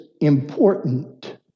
important